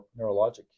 neurologic